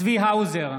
צבי האוזר,